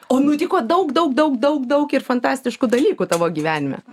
o nutiko daug daug daug daug daug ir fantastiškų dalykų tavo gyvenime